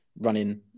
running